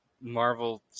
Marvel